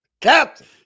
Captain